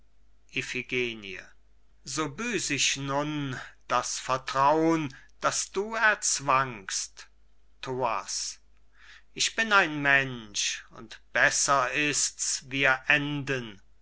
so büß ich nun das vertraun das du erzwangst thoas ich bin ein mensch und besser ist's wir enden